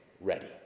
ready